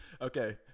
Okay